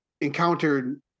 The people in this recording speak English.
encountered